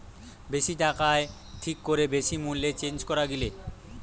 বেশি টাকায় ঠিক করে বেশি মূল্যে চেঞ্জ করা গিলে